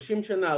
30 שנה?